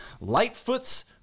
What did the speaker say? Lightfoot's